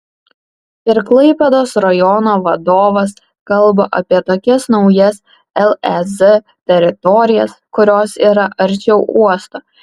ir klaipėdos rajono vadovas kalba apie tokias naujas lez teritorijas kurios yra arčiau uosto